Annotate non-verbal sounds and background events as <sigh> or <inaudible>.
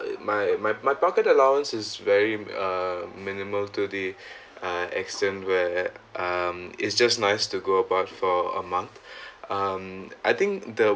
uh my my my pocket allowance is very uh minimal to the <breath> uh extent where um is just nice to go about for a month <breath> um I think the